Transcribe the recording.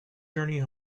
journey